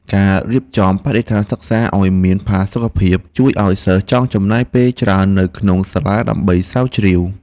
ការរៀបចំបរិស្ថានសិក្សាឱ្យមានផាសុកភាពជួយឱ្យសិស្សចង់ចំណាយពេលច្រើននៅក្នុងសាលាដើម្បីស្រាវជ្រាវ។